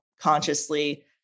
consciously